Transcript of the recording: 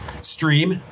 stream